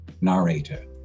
narrator